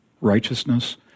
righteousness